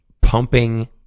pumping